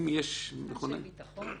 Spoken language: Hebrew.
אנשי ביטחון.